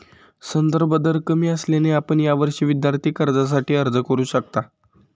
संदर्भ दर कमी असल्याने आपण यावर्षी विद्यार्थी कर्जासाठी अर्ज करू शकता